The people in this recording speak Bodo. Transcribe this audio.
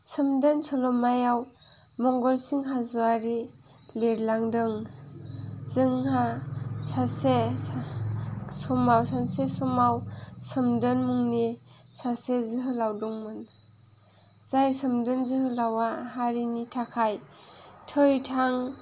सोमदोन सल'मायाव मंगलसिं हाज'वारि लिरलांदों जोंहा सानसे समाव सोमदोन मुंनि सासे जोहोलाव दंमोन जाय सोमदोन जोहोलावआ हारिनि थाखाय थै थां